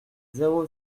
zéro